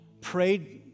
prayed